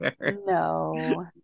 no